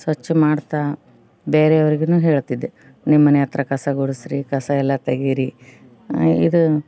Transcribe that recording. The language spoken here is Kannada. ಸ್ವಚ್ಛ ಮಾಡುತ್ತಾ ಬೇರೆ ಅವ್ರಿಗೂ ಹೇಳ್ತಿದ್ದೆ ನಿಮ್ಮ ಮನೆ ಹತ್ರ ಕಸ ಗುಡಿಸಿರಿ ಕಸ ಎಲ್ಲ ತೆಗೀರಿ ಇದು